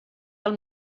del